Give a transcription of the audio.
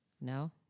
No